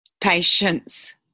Patience